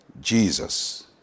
Jesus